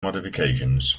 modifications